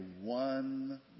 one